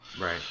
Right